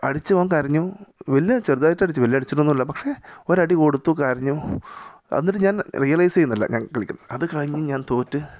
അടിച്ചു ഓൻ കരഞ്ഞു വലിയ ചെറുതായിട്ടടിച്ചു വലുതായിട്ട് അടിച്ചിട്ടൊന്നുമില്ല പക്ഷേ ഒരടി കൊടുത്തു കരഞ്ഞു എന്നിട്ട് ഞാൻ റിയലൈസ് ചെയ്യുന്നില്ല ഞാൻ കളിക്കുന്നു അത് കഴിഞ്ഞു ഞാൻ തോറ്റ്